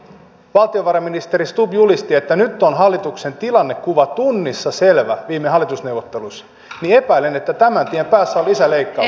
vaikka valtiovarainministeri stubb julisti että nyt on hallituksen tilannekuva tunnissa selvä viime hallitusneuvotteluissa niin epäilen että tämän tien päässä ovat lisäleikkaukset